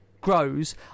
grows